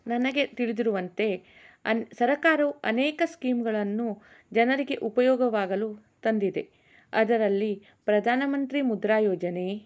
ನನಗೆ ತಿಳಿದಿರುವಂತೆ ಅನ್ ಸರಕಾರವು ಅನೇಕ ಸ್ಕೀಮ್ಗಳನ್ನು ಜನರಿಗೆ ಉಪಯೋಗವಾಗಲು ತಂದಿದೆ ಅದರಲ್ಲಿ ಪ್ರಧಾನಮಂತ್ರಿ ಮುದ್ರಾ ಯೋಜನೆ